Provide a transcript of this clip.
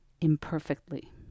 imperfectly